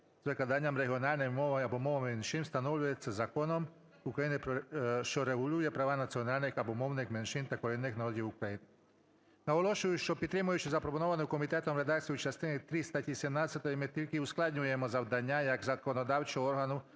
з викладанням регіональними мовами або мовами меншин встановлюються законом України що регулює права національних або мовних меншин та корінних народів України". Наголошую, що, підтримуючи запропоновану комітетом редакцію частини три статті 17, ми тільки ускладнюємо завдання як законодавчого органу,